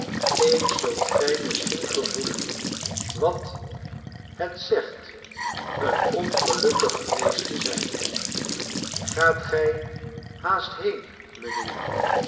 en alleen was heengegaan wat het zegt een ongelukkige wees te zijn gaat gij haast heen mijnheer